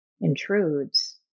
intrudes